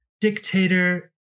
dictator